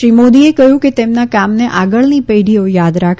શ્રી મોદીએ કહ્યું કે તેમના કામને આગળની પેઢીઓ યાદ રાખશે